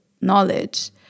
knowledge